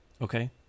Okay